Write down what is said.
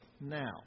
now